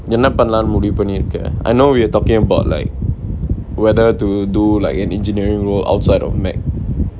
என்ன பண்லானு முடிவு பண்ணிருக்க:enna pannalaanu mudivu pannirukka I know we're talking about like whether to do like an engineering role or outside of mec